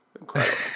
incredible